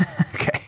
Okay